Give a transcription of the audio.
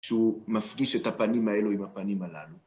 שהוא מפגיש את הפנים האלו עם הפנים הללו.